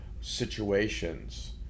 situations